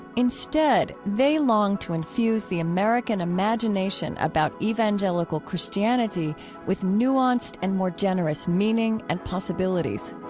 instead, they long to infuse the american imagination about evangelical christianity with nuanced and more generous meaning and possibilities